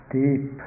deep